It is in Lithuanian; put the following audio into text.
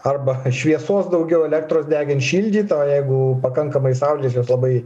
arba šviesos daugiau elektros degint šildyt o jeigu pakankamai saulės jos labai